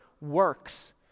works